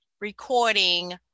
recording